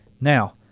Now